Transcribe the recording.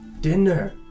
Dinner